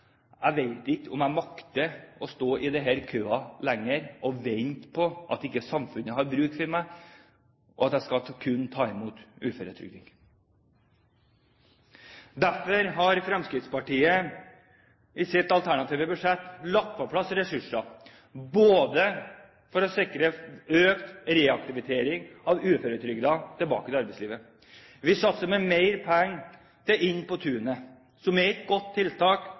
Jeg vet ikke om jeg makter å stå i denne køen lenger og vente på at samfunnet ikke har bruk for meg, og at jeg kun skal ta imot uføretrygd. Derfor har Fremskrittspartiet i sitt alternative budsjett lagt på plass ressurser for å sikre økt reaktivering av uføretrygdede, få dem tilbake til arbeidslivet. Vi satser på mer penger til Inn på tunet, som er et godt tiltak,